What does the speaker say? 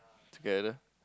together